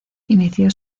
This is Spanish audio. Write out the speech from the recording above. inició